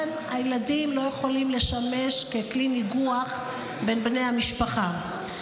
הילדים לא יכולים לשמש ככלי ניגוח בין בני המשפחה.